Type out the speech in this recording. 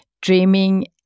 Dreaming